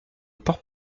port